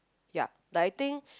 yeap like I think